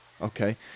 okay